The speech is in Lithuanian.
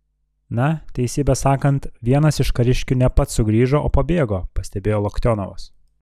na teisybę sakant vienas iš kariškių ne pats sugrįžo o pabėgo pastebėjo loktionovas